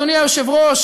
אדוני היושב-ראש,